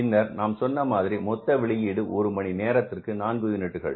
பின்னர் நாம் சொன்ன மாதிரி மொத்த வெளியீடு ஒரு மணி நேரத்திற்கு நான்கு யூனிட்டுகள்